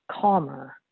calmer